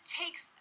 takes